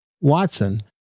Watson